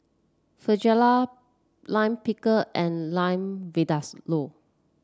Fajitas Lime Pickle and Lamb Vindaloo